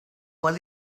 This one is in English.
was